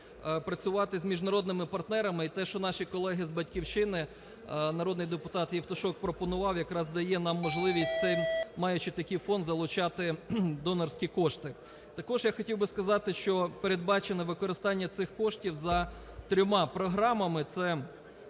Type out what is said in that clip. працювати з міжнародними партнерами. І те, що наші колеги з "Батьківщини", народний депутат Євтушок пропонував, якраз дає нам можливість, маючи такий фонд, залучати донорські кошти. Також я хотів би сказати, що передбачене використання цих коштів за трьома програмами, це